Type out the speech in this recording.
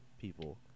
people